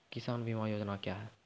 किसान बीमा योजना क्या हैं?